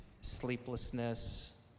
sleeplessness